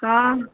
ହଁ ହଁ